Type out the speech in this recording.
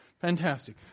Fantastic